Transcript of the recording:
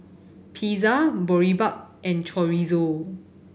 Pizza Boribap and Chorizo